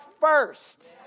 first